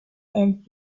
and